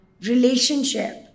relationship